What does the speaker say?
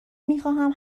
میخواهم